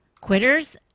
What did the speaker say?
quitters